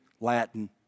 Latin